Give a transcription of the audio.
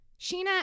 Sheena